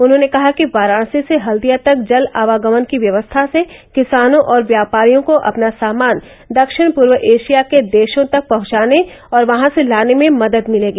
उन्होंने कहा कि वाराणसी से हल्दिया तक जल आवागमन की व्यवस्था से किसानों और व्यापारियों को अपना सामान दक्षिण पूर्व एशिया के देशों तक पहुंचाने और वहां से लाने में मदद मिलेगी